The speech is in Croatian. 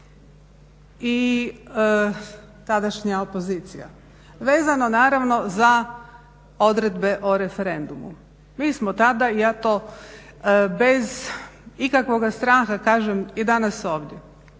i tadašnja opozicija. Vezano naravno za odredbe o referendumu. Mi smo tada ja to bez ikakvoga straha kažem i danas ovdje,